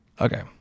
Okay